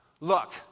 Look